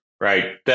right